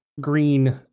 green